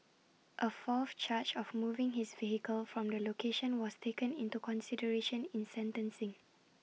A fourth charge of moving his vehicle from the location was taken into consideration in sentencing